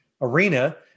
arena